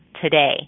today